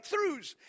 breakthroughs